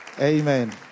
Amen